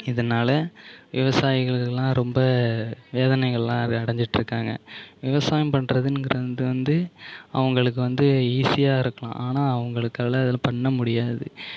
இதனால் விவசாயிகளுக்கெல்லாம் ரொம்ப வேதனைகளெல்லாம் அடைஞ்சுட்டு இருக்காங்க விவசாயம் பண்ணுறதுணுங்குறது வந்து அவர்களுக்கு வந்து ஈஸியாக இருக்கலாம் ஆனால் அவர்களுக்கு அதெல்லாம் பண்ண முடியாது